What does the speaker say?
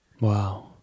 Wow